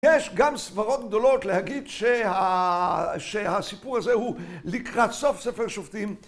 יש גם סברות גדולות להגיד שהסיפור הזה הוא לקראת סוף ספר שופטים